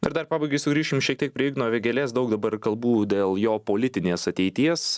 ir dar pabaigai sugrįšim šiek tiek prie igno vėgėlės daug dabar kalbų dėl jo politinės ateities